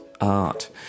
art